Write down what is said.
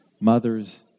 mothers